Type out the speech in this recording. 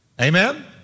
Amen